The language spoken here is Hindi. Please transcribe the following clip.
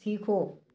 सीखो